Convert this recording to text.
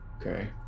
Okay